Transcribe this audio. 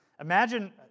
Imagine